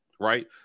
right